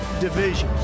divisions